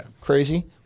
crazy